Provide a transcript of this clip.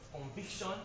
conviction